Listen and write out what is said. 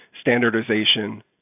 standardization